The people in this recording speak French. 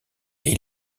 est